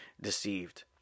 deceived